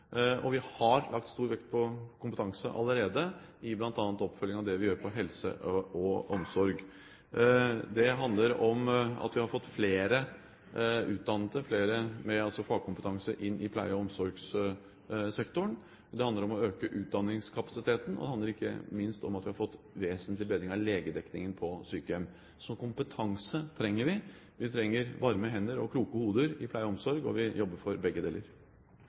og vi har allerede lagt stor vekt på kompetanse i bl.a. oppfølgingen av det vi gjør innenfor helse og omsorg. Det handler om at vi har fått flere utdannede – altså flere med fagkompetanse inn i pleie- og omsorgssektoren – det handler om å øke utdanningskapasiteten, og det handler ikke minst om at vi har fått en vesentlig bedring av legedekningen på sykehjem. Så kompetanse trenger vi. Vi trenger varme hender og kloke hoder i pleie og omsorg, og vi jobber for begge deler.